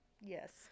Yes